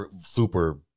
super